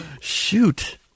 Shoot